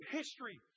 history